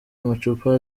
amacupa